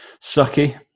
sucky